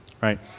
right